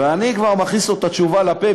ואני כבר מכניס לו את התשובה לפה,